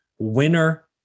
Winner